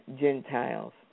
Gentiles